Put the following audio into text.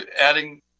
adding